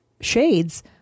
shades